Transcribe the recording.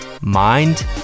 mind